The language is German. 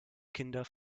kinder